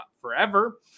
forever